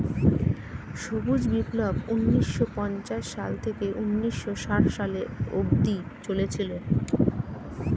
সবুজ বিপ্লব ঊন্নিশো পঞ্চাশ সাল থেকে ঊন্নিশো ষাট সালে অব্দি চলেছিল